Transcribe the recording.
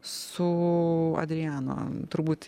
su adriano turbūt